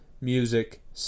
music